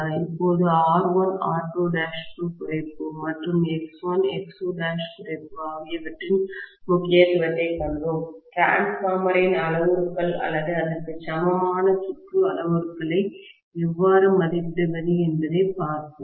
இப்போது R1 R2' குறைப்பு மற்றும் X1 X2' குறைப்பு ஆகியவற்றின் முக்கியத்துவத்தைக் கண்டோம் டிரான்ஸ்பார்மரின் அளவுருக்கள் அல்லது அதற்கு சமமான சுற்று அளவுருக்களை எவ்வாறு மதிப்பிடுவது என்பதைப் பார்ப்போம்